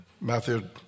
Matthew